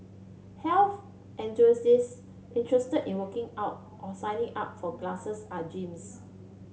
health enthusiasts interested in working out or signing up for classes are gyms